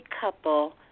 couple